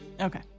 Okay